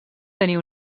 tenir